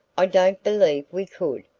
i don't believe we could.